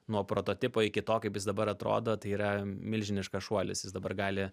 nuo prototipo iki to kaip jis dabar atrodo tai yra milžiniškas šuolis jis dabar gali